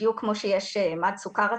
בדיוק כמו שיש מד סוכר רציף,